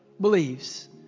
believes